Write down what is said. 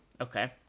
Okay